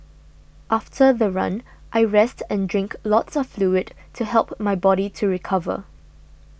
after the run I rest and drink lots of fluid to help my body to recover